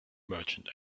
merchant